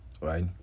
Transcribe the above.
right